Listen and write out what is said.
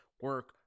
Work